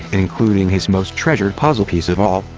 including his most treasured puzzle piece of all,